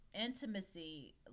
intimacy